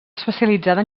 especialitzada